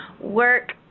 work